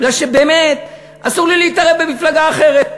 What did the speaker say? כי באמת, אסור לי להתערב במפלגה אחרת.